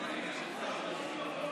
כעת על ההסתייגות הזאת.